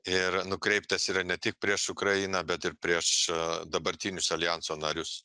ir nukreiptas yra ne tik prieš ukrainą bet ir prieš dabartinius aljanso narius